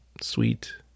sweet